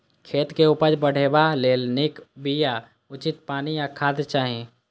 खेतक उपज बढ़ेबा लेल नीक बिया, उचित पानि आ खाद चाही